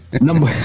number